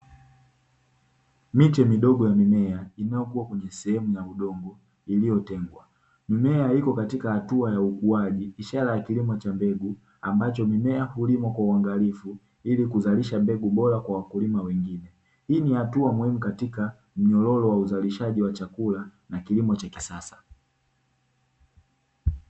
Miche midogo ya mimea inayokua kwenye sehemu ya udongo iliyotengwa. Mimea ipo katika hatua ya ukuaji ishara ya kilimo cha mbegu ambacho mimea hulimwa kwa uangalifu ili kuzalisha mbegu bora kwa wakulima wengine, hii ni hatua katika mnyororo wa uzalishaji wa chakula na kilimo cha kisasa.